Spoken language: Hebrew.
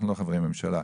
אנחנו לא חברי ממשלה.